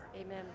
Amen